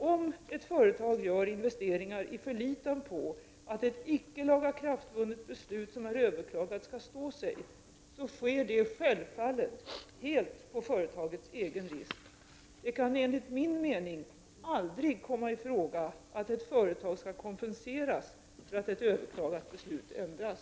Om ett företag gör investeringar i förlitan på att ett icke lagakraftvunnet beslut som är överklagat skall stå sig, så sker detta självfallet helt på företagets egen risk. Det kan enligt min mening aldrig komma i fråga att ett företag skall kompenseras för att ett överklagat beslut ändras.